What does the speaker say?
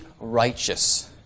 righteous